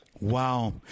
Wow